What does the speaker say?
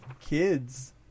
kids